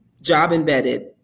job-embedded